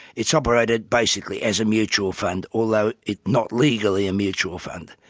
it's operated basically as a mutual fund, although it's not legally a mutual fund.